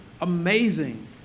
amazing